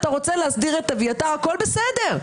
אתה רוצה להסדיר את אביתר - הכול בסדר.